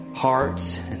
hearts